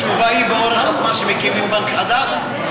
אורך התשובה הוא כאורך הזמן שמקימים בנק חדש?